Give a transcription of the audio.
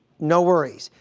no worries.